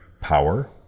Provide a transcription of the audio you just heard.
power